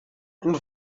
and